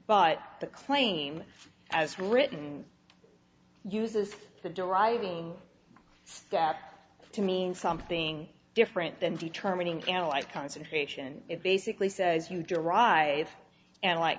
but the claim as written uses the deriving steps to mean something different than determining an allied concentration it basically says you derive an li